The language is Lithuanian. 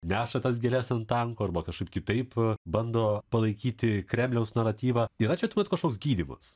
neša tas gėles ant tanko arba kažkaip kitaip bando palaikyti kremliaus naratyvą yra čia tuomet kažkoks gydymas